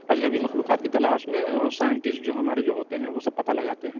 اجنبی مخلوقات کی تلاش میں سائنٹسٹ جو ہمارے جو ہوتے ہیں وہ سب پتا لگاتے ہیں